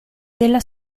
della